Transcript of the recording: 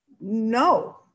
no